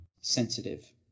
sensitive